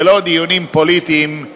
ולא דיונים פוליטיים,